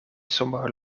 sommige